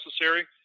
necessary